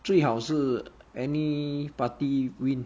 最好是 any party win